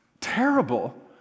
terrible